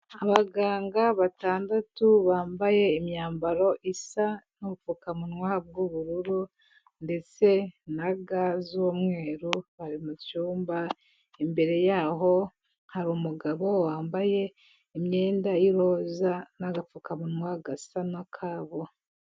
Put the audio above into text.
Abaganga batandatu bambaye imyambaro isa n'ubupfukamunwa bw'ubururu ndetse na ga z'umweru bari mu cyumba, imbere yaho hari umugabo wambaye imyenda y'iroza n'agapfukamunwa gasa n'akabo.